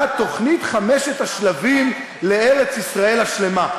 "תוכנית חמשת השלבים לארץ-ישראל השלמה".